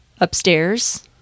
upstairs